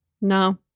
No